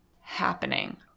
happening